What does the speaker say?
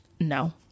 no